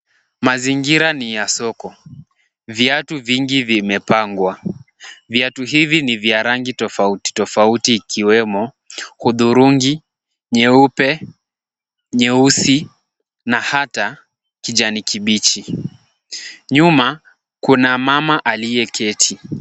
Mazingira ni ya soko. Viatu vingi vimepangwa. Viatu hivi ni vya rangi tofauti tofauti ikiwemo , hudhurungi, nyeupe, nyeusi na hata kijani kibichi. Nyuma kuna mama aliyeketi.